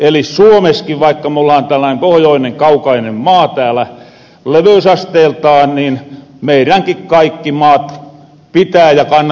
eli suomeskin vaikka me ollaan tällainen pohjoonen kaukainen maa leveysasteeltamme niin meiränkin kaikki maat pitää ja kannattaa olla tarkasti ruuan kasvatukses